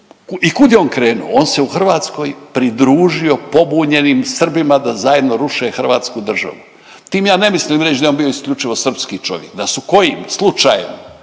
I kud je on krenuo? On se u Hrvatskoj pridružio pobunjenim Srbima da zajedno ruše Hrvatsku državu. Tim ja ne mislim reć da je on bio isključivo srpski čovjek, da su kojim slučajem